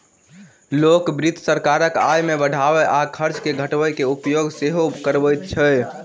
लोक वित्त सरकारक आय के बढ़बय आ खर्च के घटबय के उपाय सेहो बतबैत छै